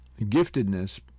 giftedness